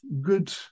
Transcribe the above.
good